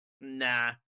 nah